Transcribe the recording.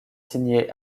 signés